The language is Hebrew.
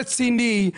רציני,